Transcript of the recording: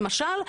למשל,